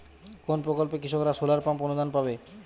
কোন প্রকল্পে কৃষকরা সোলার পাম্প অনুদান পাবে?